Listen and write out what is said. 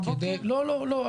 לא, לא.